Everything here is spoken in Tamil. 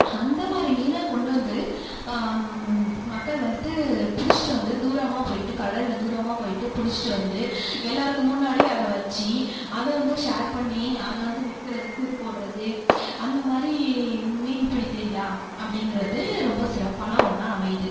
அந்த மாதிரி மீனை கொண்டு வந்து மக்கள் வந்துட்டு பிடிச்சிட்டு வந்து தூரமாக போய்ட்டு கடல்ல தூரமாக போய்ட்டு பிடிச்சிட்டு வந்து எல்லாருக்கும் முன்னாடி அதை வச்சி அதை வந்து ஷேர் பண்ணி அதை வந்து விற்கிறது கூறுப் போடுறது அந்த மாதிரி மீன்பிடித்திருவிழா அப்படிங்கிறது ரொம்ப சிறப்பான ஒன்றா அமையுது